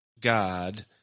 God